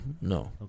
no